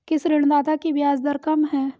किस ऋणदाता की ब्याज दर कम है?